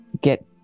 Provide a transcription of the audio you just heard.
get